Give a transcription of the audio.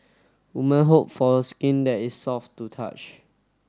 women hope for skin that is soft to touch